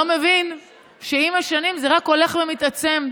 לא מבין שעם השנים זה רק הולך ומתעצם.